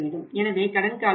எனவே கடன் காலம் இல்லை